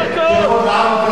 שוד קרקעות, הבדואים.